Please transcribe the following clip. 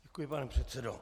Děkuji, pane předsedo.